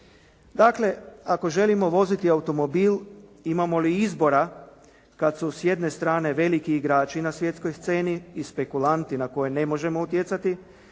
Dakle, ako želimo voziti automobil imamo li izbora kad su s jedne strane veliki igrači na svjetskoj sceni i spekulanti na koje ne možemo utjecati